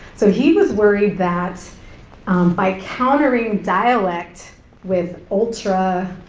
so, he was worried that by countering dialect with ultra,